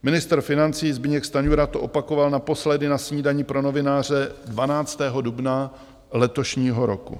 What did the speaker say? Ministr financí Zbyněk Stanjura to opakoval naposledy na snídani pro novináře 12. dubna letošního roku.